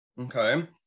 okay